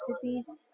cities